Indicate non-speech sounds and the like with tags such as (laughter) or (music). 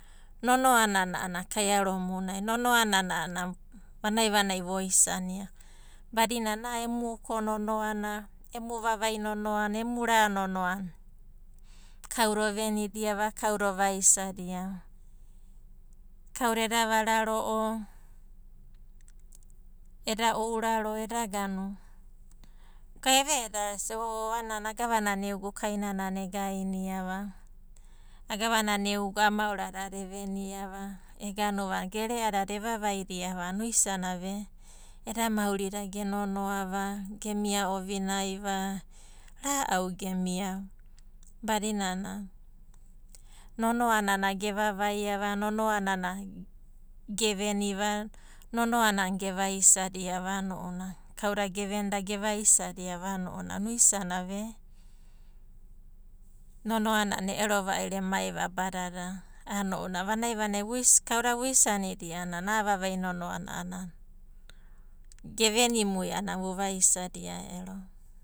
Nonoanana a'ana kaiaromunai, nonoa nana a'ana vanai voisania badina ana emu uko nonoa, emu vavai nonoa, emu ra nonoa kauda ovenidiava, kauda ova isadia va. Kauda eda vararo'o, eda ouraro hestitation inokau ai aveai eda isa o a'ana agavanana eogu kainana na e gainrava, agavanana eogu a'a maorada evenidiava (hesitation) gere'adada e vavaidiava a'ana oisanava e, eda maurida ge nonoa va, gemia ovinai va, ra'au gemiava badinana nonoa nana geva, nonoa nana geveniva, nonoa nana geveniva, nonoa nana kauda gevenida ge vaisadia a'ana ounanai, uisana ve nonoana a'ana e'ero va'iro emai abadada, a'ana ounanai kauda vuisanidia a'ana a'a vavai nonoana gevenimui a'ana vuvaisad ero.